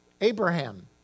Abraham